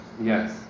Yes